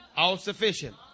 all-sufficient